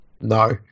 No